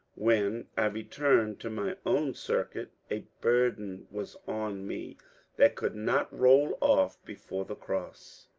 when i returned to my own circuit, a burden was on me that could not roll off before the cross.